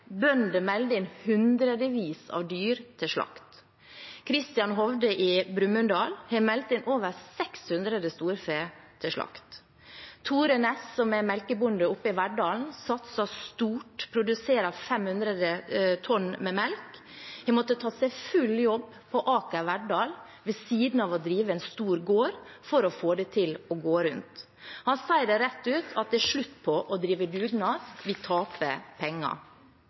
melder inn hundrevis av dyr til slakt. Kristian Hovde i Brumunddal har meldt inn over 600 storfe til slakt. Tore Næss, som er melkebonde oppe i Verdal, satser stort og produserer 500 tonn melk, har måttet ta seg full jobb på Aker Verdal ved siden av å drive en stor gård for å få det til å gå rundt. Han sier det rett ut: Det er slutt på å drive dugnad, vi taper penger.